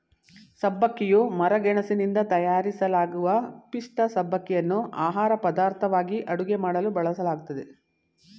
ಸಬ್ಬಕ್ಕಿಯು ಮರಗೆಣಸಿನಿಂದ ತಯಾರಿಸಲಾಗುವ ಪಿಷ್ಠ ಸಬ್ಬಕ್ಕಿಯನ್ನು ಆಹಾರಪದಾರ್ಥವಾಗಿ ಅಡುಗೆ ಮಾಡಲು ಬಳಸಲಾಗ್ತದೆ